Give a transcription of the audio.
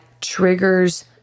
triggers